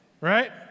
Right